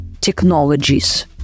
technologies